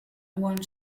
one